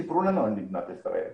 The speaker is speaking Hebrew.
סיפרו לנו על מדינת ישראל.